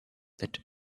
that